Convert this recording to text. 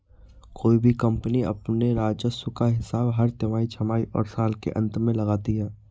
कोई भी कम्पनी अपने राजस्व का हिसाब हर तिमाही, छमाही और साल के अंत में लगाती है